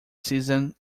season